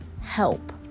help